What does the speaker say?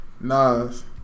Nas